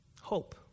Hope